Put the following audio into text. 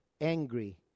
angry